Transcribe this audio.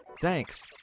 Thanks